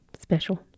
special